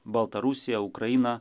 baltarusija ukraina